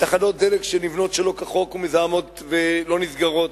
תחנות דלק שנבנות שלא כחוק ומזהמות ולא נסגרות.